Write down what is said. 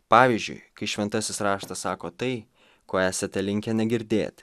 pavyzdžiui kai šventasis raštas sako tai ko esate linkę negirdėt